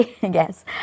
Yes